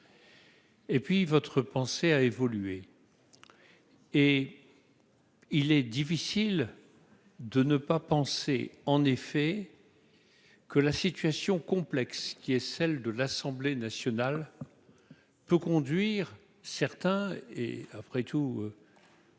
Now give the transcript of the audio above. et puis votre pensée a évolué et il est difficile de ne pas penser en effet que la situation complexe qui est celle de l'Assemblée nationale peut conduire certains et après tout.